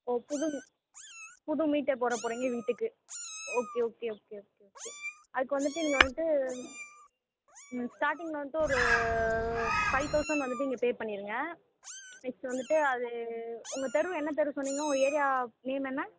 ஓ புது புது மீட்டர் போடா போகிறிங்க வீட்டுக்கு okay okay okay okay okay அதுக்கு வந்துட்டு நீங்கள் வந்துட்டு ம் ஸ்டார்ட்டிங்கில் வந்துட்டு ஒரு ஃபைவ் தவுசண்ட் வந்துட்டு நீங்கள் பே பண்ணிடுங்க நெக்ஸ்ட்டு வந்துட்டு அது உங்கள் தெரு என்ன தெரு சொன்னீங்க உங்கள் ஏரியா நேம் என்ன